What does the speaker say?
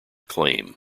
claim